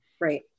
right